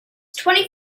twenty